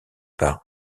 par